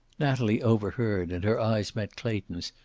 natalie overheard, and her eyes met clayton's,